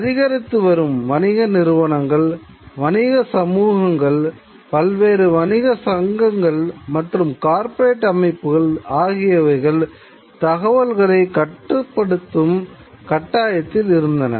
அதிகரித்து வரும் வணிக நிறுவனங்கள் வணிக சமூகங்கள் பல்வேறு வணிக சங்கங்கள் மற்றும் கார்ப்பரேட் அமைப்புகள் ஆகியவைகள் தகவல்களைக் கட்டுப்படுத்தும் கட்டாயத்தில் இருந்தன